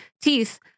teeth